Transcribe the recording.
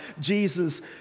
Jesus